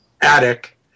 attic